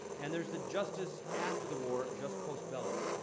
and there's the justice after the war, jus post bellum.